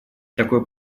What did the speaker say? такой